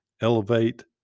elevate